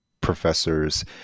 professors